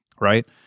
right